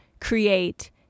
create